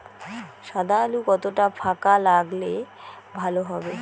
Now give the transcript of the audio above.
সাদা আলু কতটা ফাকা লাগলে ভালো হবে?